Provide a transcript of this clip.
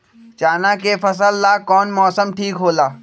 चाना के फसल ला कौन मौसम ठीक होला?